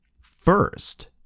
first